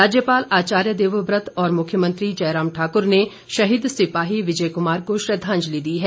राज्यपाल आचार्य देवव्रत और मुख्यमंत्री जयराम ठाकुर शहीद सिपाही विजय कुमार को श्रद्वांजलि दी है